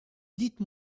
dites